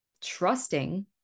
trusting